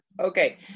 Okay